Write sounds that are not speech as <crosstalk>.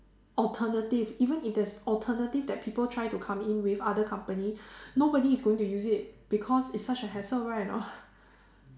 alternative even if there's alternative that people try to come in with other company <breath> nobody is going to use it because it's such a hassle right or not